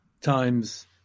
times